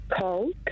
Cold